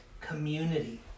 community